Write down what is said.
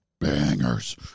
bangers